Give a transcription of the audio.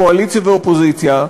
קואליציה ואופוזיציה,